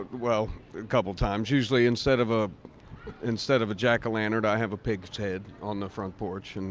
well, a couple times. usually instead of ah instead of a jack-o-lantern, i have a pigs head on the front porch, and